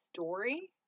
story